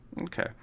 Okay